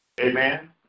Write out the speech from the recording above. Amen